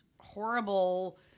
horrible